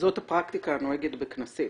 זאת הפרקטיקה הנוהגת בכנסים.